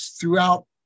throughout